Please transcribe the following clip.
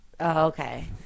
okay